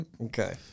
Okay